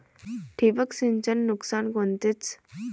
ठिबक सिंचनचं नुकसान कोनचं?